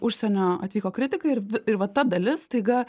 užsienio atvyko kritikai ir ir va ta dalis staiga